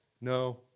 No